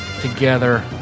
together